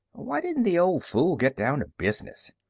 why didn't the old fool get down to business?